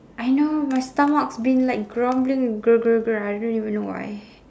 I know my stomach's been like grumbling grr grr grr I don't even know why